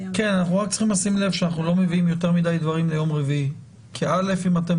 צריכים לשים לב שאנחנו לא מביאים יותר מדי דברים ליום רביעי כי אם אתם